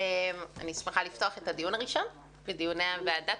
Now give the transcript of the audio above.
אני שמחה לפתוח את הדיון הראשון של ועדת